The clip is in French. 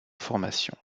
formation